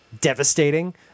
devastating